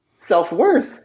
self-worth